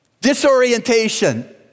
disorientation